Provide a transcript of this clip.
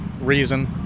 reason